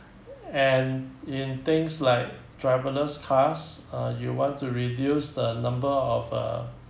and in things like driverless cars uh you want to reduce the number of uh